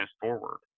forward